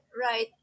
right